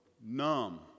numb